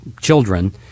children